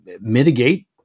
mitigate